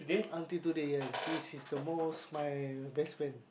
until today yes this is the most my best friend